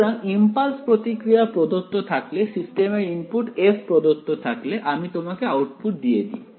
সুতরাং ইমপালস প্রতিক্রিয়া প্রদত্ত থাকলে সিস্টেম এর ইনপুট f প্রদত্ত থাকলে আমি তোমাকে আউটপুট দিয়ে দিই